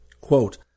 Quote